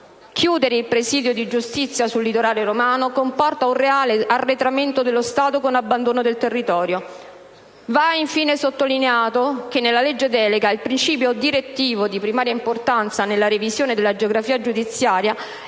Chiudere il presidio di giustizia sul litorale romano comporta un reale arretramento dello Stato con abbandono del territorio. Va infine sottolineato che nella legge delega il principio direttivo di primaria importanza nella revisione della geografia giudiziaria